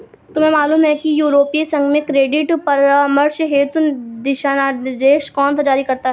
तुम्हें मालूम है कि यूरोपीय संघ में क्रेडिट परामर्श हेतु दिशानिर्देश कौन जारी करता है?